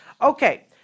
okay